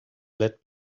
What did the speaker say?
let